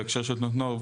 בהקשר של תנועות נוער,